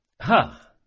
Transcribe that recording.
Ha